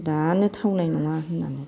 दानो थावनाय नङा होन्नानै